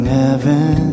heaven